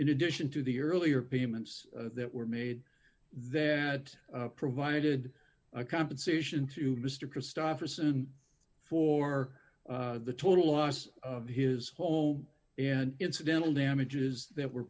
in addition to the earlier payments that were made that provided a compensation to mr christofferson for the total loss of his home and incidental damages that were